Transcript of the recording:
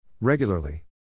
Regularly